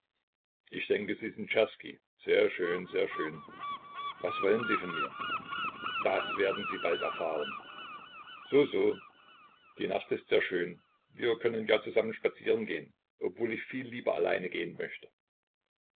ich denke sie sind czerski sehr schön sehr schön was wollen sie von mir das werden sie bald erfahren so so die nacht ist sehr schön wir können ja zusammen spazieren gehen obwohl ich viel lieber allein gehen möchte